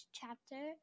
chapter